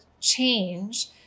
change